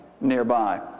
nearby